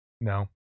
No